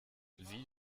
wie